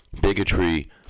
bigotry